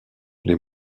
les